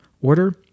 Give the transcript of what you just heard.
order